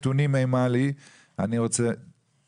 אני רוצה